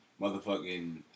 motherfucking